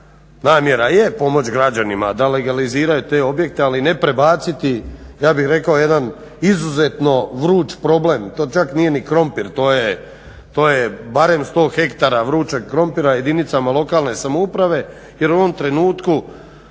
namjera je pomoći građanima da legaliziraju te objekte ali ne prebaciti ja bih rekao jedan izuzetno vruć problem. To čak nije ni krompir, to je barem 100 hektara vrućeg krompira jedinicama lokalne samouprave. Jer u ovom trenutku